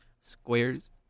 Squares